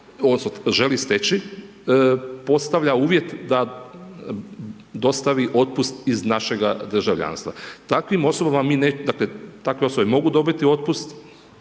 stekao, želi steći postavlja uvjet da dostavi otpust iz našega državljanstva. Takvim osobama, dakle, takve osobe mogu dobiti otpust